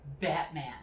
Batman